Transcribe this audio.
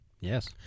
Yes